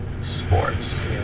sports